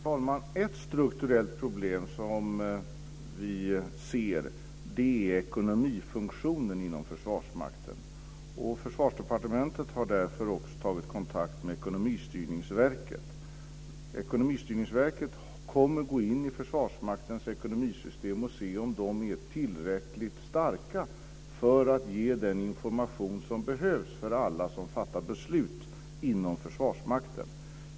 Fru talman! Ett strukturellt problem som vi ser är ekonomifunktionen inom Försvarsmakten. Försvarsdepartementet har därför också tagit kontakt med Ekonomistyrningsverket. Ekonomistyrningsverket kommer att gå in i Försvarsmaktens ekonomisystem och se om de är tillräckligt starka för att ge den information som behövs till alla som fattar beslut inom Försvarsmakten.